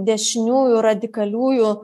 dešiniųjų radikaliųjų